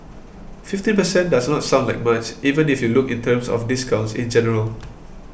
fifteen per cent does not sound like much even if you look in terms of discounts in general